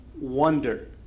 wonder